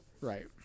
Right